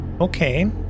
Okay